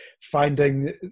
finding